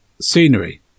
scenery